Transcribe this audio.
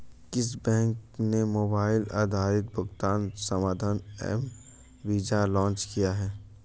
किस बैंक ने मोबाइल आधारित भुगतान समाधान एम वीज़ा लॉन्च किया है?